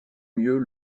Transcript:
mieux